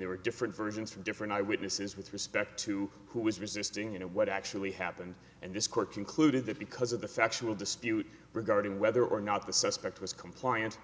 there were different versions from different eyewitnesses with respect to who was resisting you know what actually happened and this court concluded that because of the factual dispute regarding whether or not the suspect was compliant